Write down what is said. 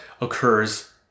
occurs